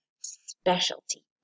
specialty